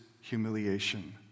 humiliation